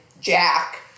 jack